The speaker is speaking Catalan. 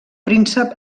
príncep